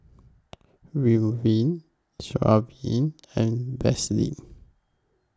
Ridwind Sigvaris and Vaselin